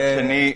מצד שני,